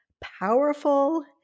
powerful